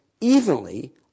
evenly